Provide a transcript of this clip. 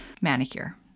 manicure